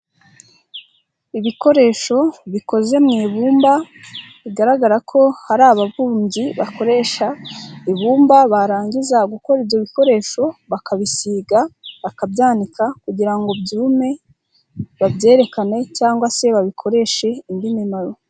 Ibikoresho bikoze mu ibumba, bigaragara ko hari ababumbyi bakoresha ibumba barangiza gukora ibyo bikoresho bakabisiga, bakabyaka kugira ngo byume, babyerekane cyangwa se babikoreshe indi mimaro.